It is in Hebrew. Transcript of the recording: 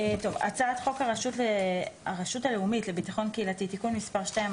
חוק הרשות הלאומית לביטחון קהילתי (תיקון מס' 2),